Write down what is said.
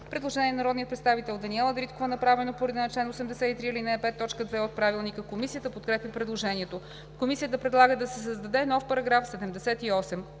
Предложение на народния представител Даниела Дариткова, направено по реда на чл. 83, ал. 5, т. 2 от Правилника. Комисията подкрепя предложението. Комисията предлага да се създаде нов § 78: „§ 78.